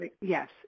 Yes